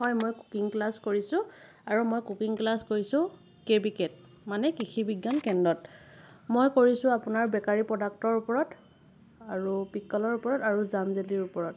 হয় মই cooking class কৰিছোঁ আৰু মই কুকিং ক্লাছ কৰিছোঁ কে বি কেত মানে কৃষি বিজ্ঞান কেন্দ্ৰত মই কৰিছোঁ আপোনাৰ বেকাৰী প্ৰডাক্টৰ ওপৰত আৰু পিকলৰ ওপৰত আৰু জাম জেলিৰ ওপৰত